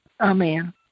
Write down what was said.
Amen